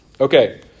Okay